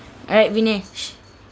alright vinesh